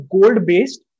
gold-based